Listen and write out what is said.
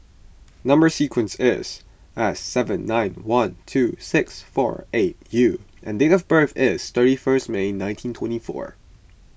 Number Sequence is S seven nine one two six four eight U and date of birth is thirty first May nineteen twenty four